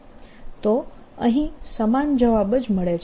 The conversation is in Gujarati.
તો અહીં સમાન જવાબ જ મળે છે